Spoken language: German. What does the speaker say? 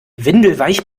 windelweich